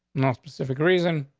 no specific reason.